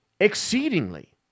exceedingly